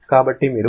కాబట్టి మీరు 0